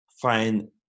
find